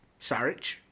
Sarich